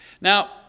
Now